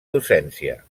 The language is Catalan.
docència